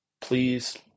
Please